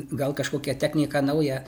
gal kažkokią techniką naują